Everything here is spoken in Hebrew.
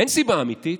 אין סיבה אמיתית.